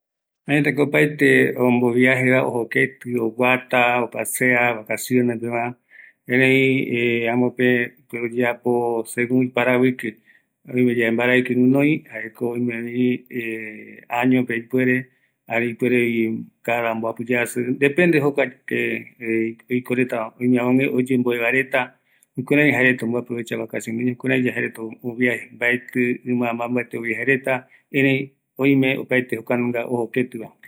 Yaikua vaera temibonde reta oyekuaramo va, jeko oyeapo jeta viaje, iru tëtäreta rupi, oyeesa ramboeve, kua tembi monde ipua retava, jaeramo rogueru oreyeɨpe roesaka vaera